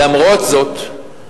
למרות זאת,